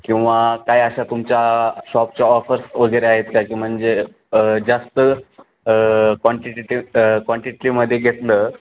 किंवा काय अशा तुमच्या शॉपच्या ऑफर्स वगैरे आहेत काय की म्हणजे जास्त क्वांटिटीटी क्वांटिटीमध्ये घेतलं